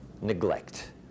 Neglect